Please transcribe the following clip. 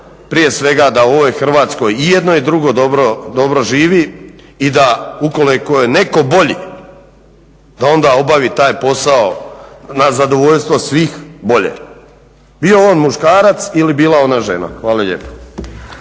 prije svega da u ovoj Hrvatskoj i jedno i drugo dobro živi, i da ukoliko je netko bolji da onda obavi taj posao na zadovoljstvo svih bolje, bio on muškarac ili bila ona žena. Hvala lijepo.